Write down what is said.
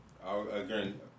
again